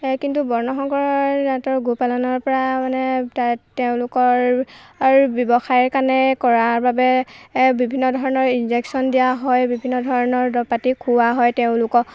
কিন্তু বৰ্ণসংকৰ জাতৰ গোপালনৰ পৰা মানে তে তেওঁলোকৰ অৰ ব্যৱসায়ৰ কাৰণে কৰাৰ বাবে বিভিন্ন ধৰণৰ ইনজেকশ্যন দিয়া হয় বিভিন্ন ধৰণৰ দৰৱপাতি খুওৱা হয় তেওঁলোকক